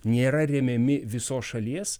nėra remiami visos šalies